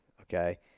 Okay